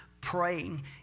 praying